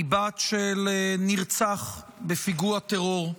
היא בת של נרצח בפיגוע טרור.